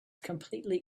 completely